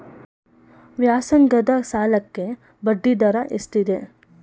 ವ್ಯಾಸಂಗದ ಸಾಲಕ್ಕೆ ಬಡ್ಡಿ ದರ ಎಷ್ಟಿದೆ?